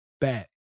back